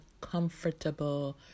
comfortable